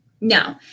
no